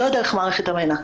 לא דרך מערכת המנע.